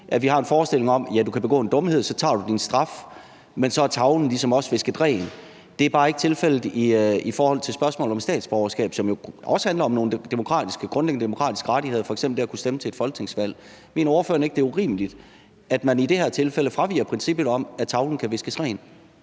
at vi har en forestilling om, at ja, du kan begå en dumhed, og så tager du din straf, men så er tavlen ligesom også visket ren. Det er bare ikke tilfældet i forhold til spørgsmålet om statsborgerskab, som jo også handler om nogle grundlæggende demokratiske rettigheder, f.eks. det at kunne stemme til et folketingsvalg. Mener ordføreren ikke, det er urimeligt, at man i det her tilfælde fraviger princippet om, at tavlen kan viskes ren?